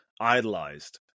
idolized